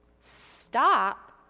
Stop